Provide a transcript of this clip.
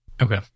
Okay